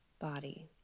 body